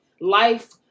Life